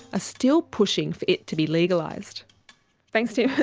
still pushing for it to be legalized thanks tim.